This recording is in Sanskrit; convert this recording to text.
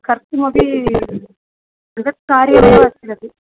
कर्तुमपि बृहत् कार्यमेव अस्ति अपि